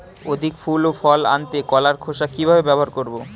অধিক ফুল ও ফল আনতে কলার খোসা কিভাবে ব্যবহার করব?